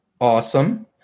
Awesome